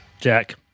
Jack